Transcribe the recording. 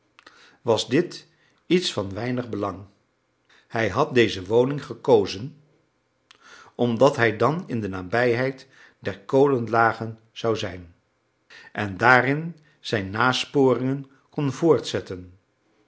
was dit iets van weinig belang hij had deze woning gekozen omdat hij dan in de nabijheid der kolenlagen zou zijn en daarin zijn nasporingen kon voortzetten